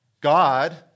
God